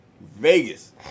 Vegas